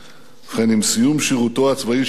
לכן, עם סיום שירותו הצבאי של גנדי